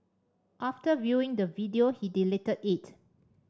after viewing the video he deleted it